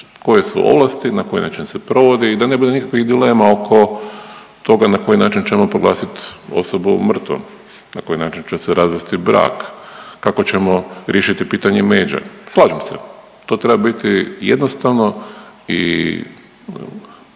koje su ovlasti na koje inače se provodi i da ne bude nikakvih dilema oko toga na koji način ćemo proglasiti osobu mrtvom, na koji način će se razvesti brak, kako ćemo riješiti pitanje međe? Slažem se, to treba biti jednostavno i